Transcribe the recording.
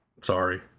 sorry